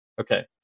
Okay